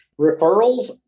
referrals